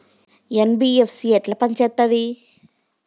NBFC ఎట్ల పని చేత్తది?